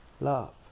love